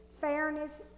Fairness